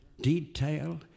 detail